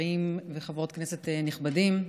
חברים וחברות כנסת נכבדים,